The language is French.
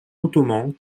ottomans